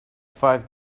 five